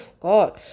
God